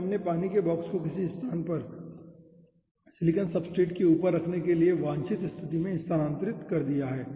फिर हमने पानी के बॉक्स को किसी स्थान पर सिलिकॉन सब्सट्रेट के ऊपर रखने के लिए वांछित स्थिति में स्थानांतरित कर दिया है